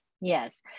Yes